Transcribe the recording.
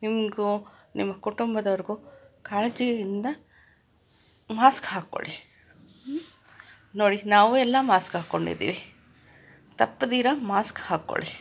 ನಿಮಗೂ ನಿಮ್ಮ ಕುಟುಂಬದವ್ರ್ಗೂ ಕಾಳಜಿಯಿಂದ ಮಾಸ್ಕ್ ಹಾಕ್ಕೊಳ್ಳಿ ನೋಡಿ ನಾವು ಎಲ್ಲ ಮಾಸ್ಕ್ ಹಾಕೊಂಡಿದ್ದೀವಿ ತಪ್ಪದಿರ ಮಾಸ್ಕ್ ಹಾಕ್ಕೊಳ್ಳಿ